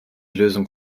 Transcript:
lösung